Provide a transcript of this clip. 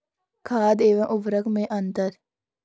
खाद एवं उर्वरक में अंतर?